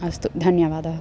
अस्तु धन्यवादः